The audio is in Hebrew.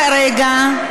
לכן, רבותי, אנחנו כרגע,